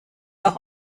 auch